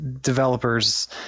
developers